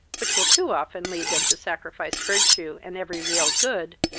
which will too often lead them to sacrifice virtue, and every real good,